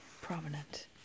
prominent